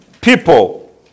people